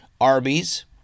Arby's